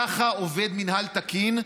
ככה עובד מינהל תקין.